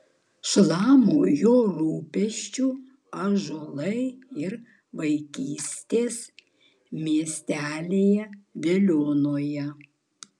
šlama jo rūpesčiu ąžuolai ir vaikystės miestelyje veliuonoje